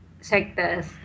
sectors